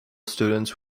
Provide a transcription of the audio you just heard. students